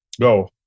Go